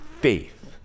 faith